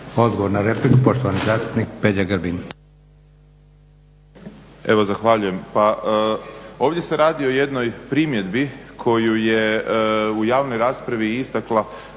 Odgovor na repliku, poštovani zastupnik Peđa Grbin.